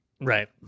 Right